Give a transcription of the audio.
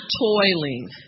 toiling